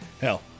hell